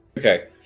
Okay